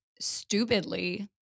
stupidly